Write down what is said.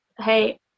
hey